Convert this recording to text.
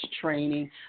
Training